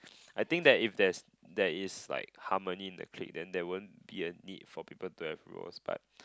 I think that if there's there is like harmony in the clique then there won't be a need for people to have roles but